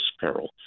peril